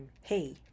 hey